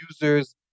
users